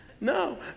No